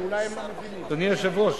אדוני היושב-ראש,